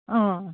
अँ